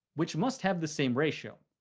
which must have the same ratio.